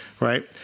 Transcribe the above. right